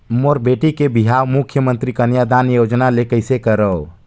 मोर बेटी के बिहाव मुख्यमंतरी कन्यादान योजना ले कइसे करव?